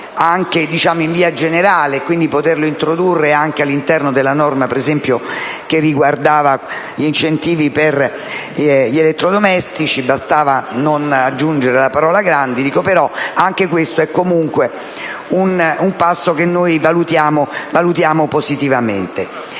anche in via generale, e introdurla anche all'interno della norma che riguarda gli incentivi per gli elettrodomestici (bastava non aggiungere la parola "grandi"). Però, anche questo è un passo che noi valutiamo positivamente.